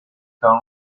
stone